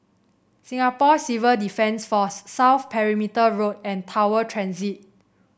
Singapore Civil Defence Force South Perimeter Road and Tower Transit